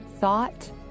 thought